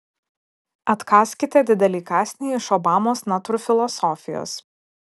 atkąskite didelį kąsnį iš obamos natūrfilosofijos